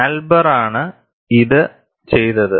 എൽബറാണ് ഇത് ചെയ്തത്